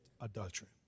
adultery